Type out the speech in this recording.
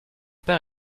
père